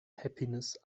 happiness